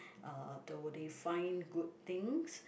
uh do they find good things